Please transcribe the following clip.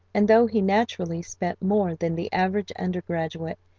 and though he naturally spent more than the average undergraduate,